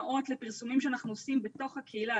גם בקרב מידע מן הקהילה